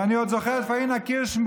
ואני עוד זוכר את פאינה קירשנבאום,